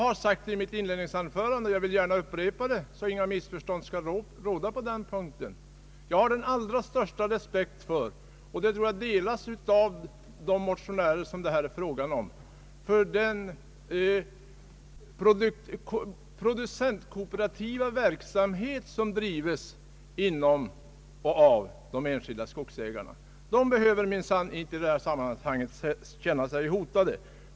För att inte något missförstånd skall råda vill jag gärna upprepa vad jag sade redan i mitt inledningsanförande, nämligen att jag har den allra största respekt — och jag tror att den delas av de motionärer det här gäller — för den producentkooperativa verksamhet som bedrivs av de enskilda skogsägarna. De behöver minsann i detta sammanhang inte känna sig hotade.